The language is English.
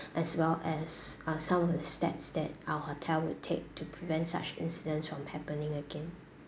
as well as uh some of the steps that our hotel would take to prevent such incidents from happening again